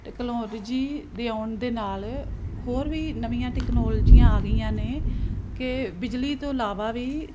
technology ਦੇ ਆਉਣ ਦੇ ਨਾਲ ਹੋਰ ਵੀ ਨਵੀਆਂ ਟੈਕਨੋਲਜੀਆਂ ਆ ਗਈਆਂ ਨੇ ਕਿ ਬਿਜਲੀ ਤੋਂ ਇਲਾਵਾ ਵੀ